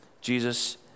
Jesus